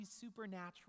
supernatural